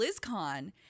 blizzcon